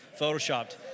photoshopped